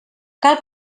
cal